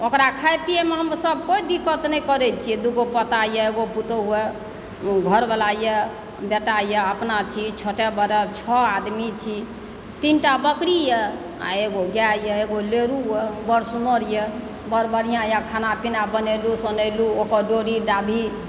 ओकरा खाय पियमे हमसब कोई दिक्कत नहि करै छी दुगो पोता यऽ एगो पुतहु यऽ घरवला यऽ बेटा यऽ अपना छी छोटे बड़े छओ आदमी छी तीन टा बकरी यऽ आओर एगो गाय यऽ एगो लेरु यऽ बड़ सुन्दर यऽ बड़ बढ़िआँ यऽ खाना पीना बनैलहुँ सोनैलहुँ ओकर डोरो डाभी